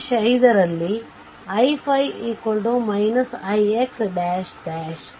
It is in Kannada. ಮೆಶ್ 5 ರಲ್ಲಿ i5 ix "